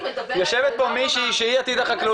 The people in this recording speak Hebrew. יושבת פה מישהי שהיא עתיד החקלאות,